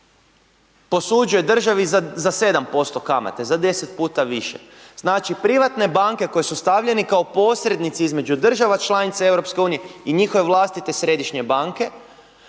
posuđuje državi za 7% kamate, za 10 puta više. Znači privatne banke koje su stavljene kao posrednici između država članica EU i njihove vlastite središnje banke